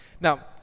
Now